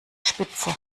spitze